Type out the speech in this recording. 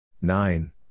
Nine